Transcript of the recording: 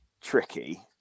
tricky